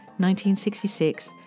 1966